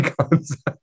concept